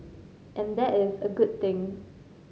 and that is a good thing